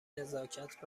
نزاکت